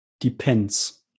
Depends